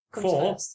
Four